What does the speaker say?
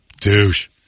douche